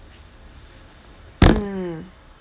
mm